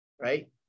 Right